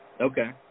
Okay